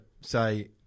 say